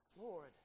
Lord